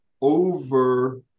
over